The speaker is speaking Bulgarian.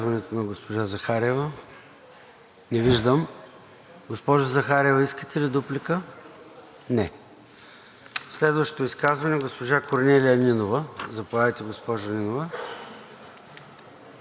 Следващо изказване – госпожа Корнелия Нинова. Заповядайте, госпожо Нинова.